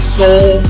soul